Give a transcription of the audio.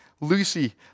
Lucy